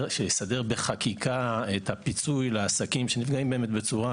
בחקיקה את הפיצוי לעסקים שמתנהלים בצורה